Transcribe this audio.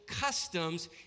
customs